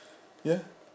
ya